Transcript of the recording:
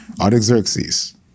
Artaxerxes